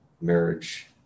marriage